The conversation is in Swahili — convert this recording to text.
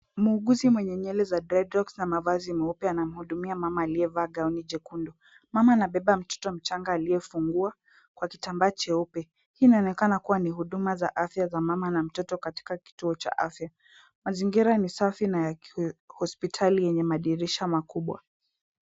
Muuguzi mwenye nywele za dreadlocks na mavazi meupe anamhudumia mama aliyevaa gauni jekundu. Mama anabeba mtoto mchanga aliyefungwa kwa kitambaa cheupe. Hii inaonekana kuwa ni huduma za afya za mama na mtoto katika kituo cha afya. Mazingira ni safi na ya hospitali yenye madirisha makubwa.